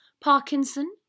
Parkinson